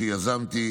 שיזמתי